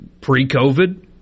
pre-covid